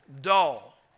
dull